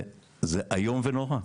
זה איום ונורא.